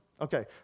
Okay